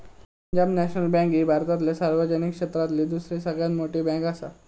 Punjab National Bank ही भारतातल्या सार्वजनिक क्षेत्रातली दुसरी सगळ्यात मोठी बँकआसा